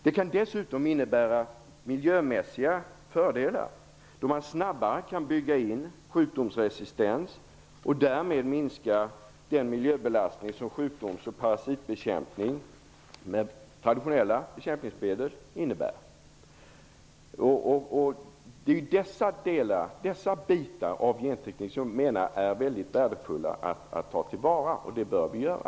Det kan dessutom innebära miljömässiga fördelar, då man snabbare kan bygga in sjukdomsresistens och därmed minska den miljöbelastning som sjukdomsoch parasitbekämpning med traditionella bekämpningsmedel innebär. Dessa delar av gentekniken är det värdefullt att ta till vara, och det bör vi göra.